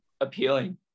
appealing